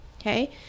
okay